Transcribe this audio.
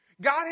God